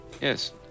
Yes